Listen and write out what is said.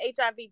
HIV